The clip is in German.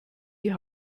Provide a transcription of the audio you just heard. die